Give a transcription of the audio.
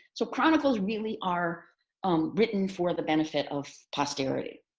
so chronicles really are um written for the benefit of posterity.